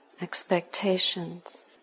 expectations